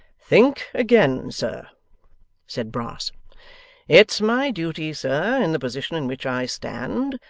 think again, sir said brass it's my duty, sir, in the position in which i stand,